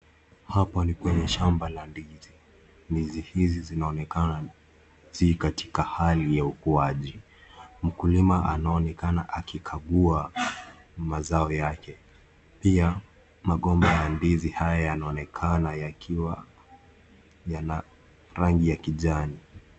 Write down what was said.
Hapa ni kwenye shamba la ndizi. Ndizi hizi zinonekana ziikatika hali ya ukuwaji. Mkulima anonekana akikagua mazao yake. Pia magoma ya ndizi haya yanaonekana yakiwa yana rangi ya kijani.